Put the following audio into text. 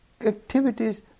activities